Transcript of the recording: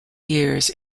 years